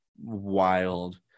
wild